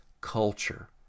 culture